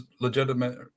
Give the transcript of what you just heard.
legitimate –